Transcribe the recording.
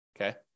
Okay